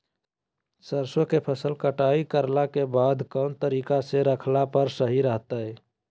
सरसों के फसल कटाई करला के बाद कौन तरीका से रखला पर सही रहतय?